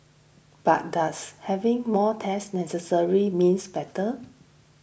but does having more tests necessary means better